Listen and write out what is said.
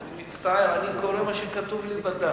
אני מצטער, אני קורא מה שכתוב לי בדף.